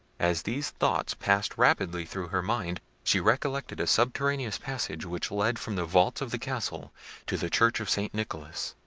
as these thoughts passed rapidly through her mind, she recollected a subterraneous passage which led from the vaults of the castle to the church of st. nicholas.